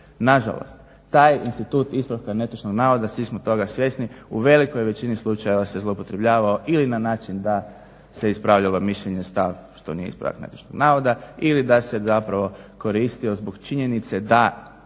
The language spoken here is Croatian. nažalost, taj institut ispravka netočnog navoda, svi smo toga svjesni, u velikoj većini slučajeva se zloupotrebljavao ili na način da se ispravljalo mišljenje, stav, što nije ispravak netočnog navoda ili da se zapravo koristio zbog činjenice da